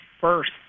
first